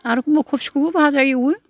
आर एखनबा कबिखौबो भाजा एवो